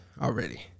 already